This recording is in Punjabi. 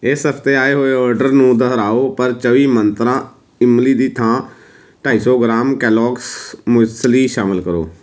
ਇਸ ਹਫ਼ਤੇ ਆਏ ਹੋਏ ਆਰਡਰ ਨੂੰ ਦੁਹਰਾਓ ਪਰ ਚੌਵੀ ਮੰਤਰਾਂ ਇਮਲੀ ਦੀ ਥਾਂ ਢਾਈ ਸੌ ਗ੍ਰਾਮ ਕੈਲੋਗਸ ਮੁਇਸਲੀ ਸ਼ਾਮਿਲ ਕਰੋ